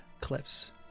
cliffs